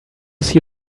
see